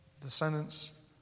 descendants